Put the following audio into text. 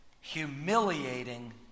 humiliating